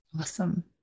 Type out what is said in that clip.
Awesome